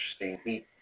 interesting